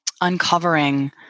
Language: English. uncovering